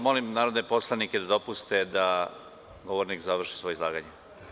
Molim narodne poslanike da dopuste da govornik završi svoje izlaganje.